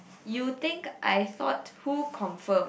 you think I thought who confirm